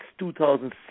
2006